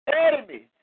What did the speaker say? Enemy